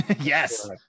Yes